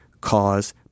cause